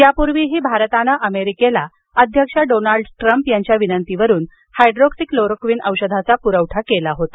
यापूर्वीही भारतानं अमेरिकेला अध्यक्ष डोनाल्ड टूम्प यांच्या विनंतीवरून हायड्रोक्सिक्लोरोक्वीन औषधाचा पुरवठा केला होता